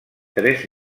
tres